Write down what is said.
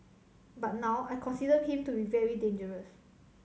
but now I consider him to be very dangerous